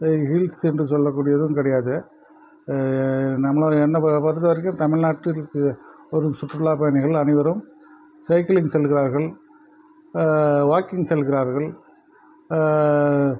hills என்று சொல்லக்கூடியதும் கிடையாது நம்மளை என்னை பொறுத்தவரைக்கும் தமிழ் நாட்டிற்கு வரும் சுற்றுலா பயணிகள் அனைவரும் சைக்கிளிங் செல்கிறார்கள் வாக்கிங் செல்கிறார்கள்